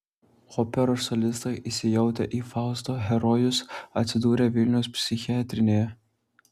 operos solistai įsijautę į fausto herojus atsidūrė vilniaus psichiatrinėje